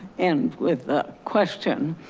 end with a question.